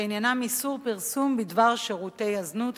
שעניינם איסור פרסום בדבר שירותי זנות,